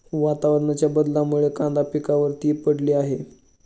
वातावरणाच्या बदलामुळे कांदा पिकावर ती पडली आहे